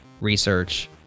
research